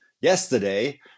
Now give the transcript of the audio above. yesterday